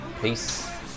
Peace